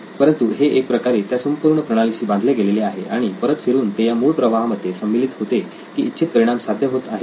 परंतु हे एक प्रकारे त्या संपूर्ण प्रणालीशी बांधले गेलेले आहे आणि परत फिरून ते या मूळ प्रवाहामध्ये सम्मिलीत होते की इच्छित परिणाम साध्य होत आहेत की नाही